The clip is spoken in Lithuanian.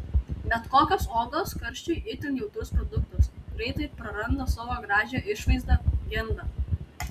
bet kokios uogos karščiui itin jautrus produktas greitai praranda savo gražią išvaizdą genda